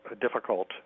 difficult